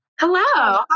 Hello